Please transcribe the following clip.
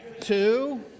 two